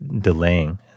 delaying